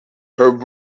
her